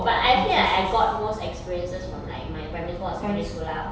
but I feel like I got most experiences from like my primary school or secondary school lah